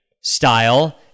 style